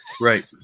right